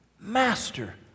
Master